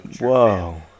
whoa